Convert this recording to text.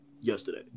yesterday